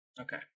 Okay